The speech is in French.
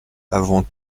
avant